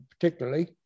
particularly